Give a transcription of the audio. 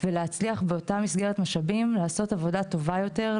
ולהצליח באותה מסגרת משאבים לעשות עבודה טובה יותר,